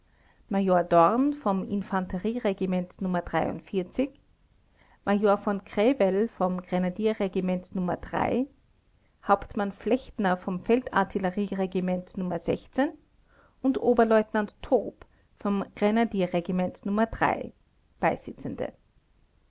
vom infanterieregiment major v kräwel vom grenadierregiment hauptmann flechtner vom feldartillerieregiment und oberleutnant toop vom